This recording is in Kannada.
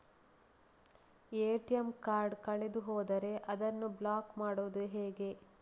ಎ.ಟಿ.ಎಂ ಕಾರ್ಡ್ ಕಳೆದು ಹೋದರೆ ಅದನ್ನು ಬ್ಲಾಕ್ ಮಾಡುವುದು ಹೇಗೆ?